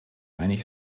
einig